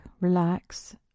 relax